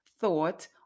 thought